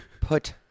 Put